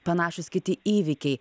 panašūs kiti įvykiai